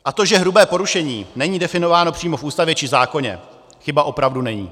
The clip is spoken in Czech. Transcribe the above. A to, že hrubé porušení není definováno přímo v Ústavě či zákoně, chyba opravdu není.